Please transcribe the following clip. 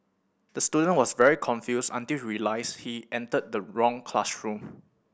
the student was very confused until he realised he entered the wrong classroom